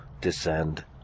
descend